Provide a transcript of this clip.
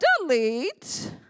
delete